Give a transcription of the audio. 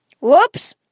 Whoops